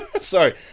sorry